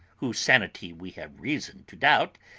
whose sanity we have reason to doubt,